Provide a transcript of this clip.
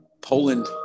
Poland